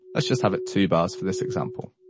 let's just have it two bars for this example.